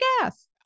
gas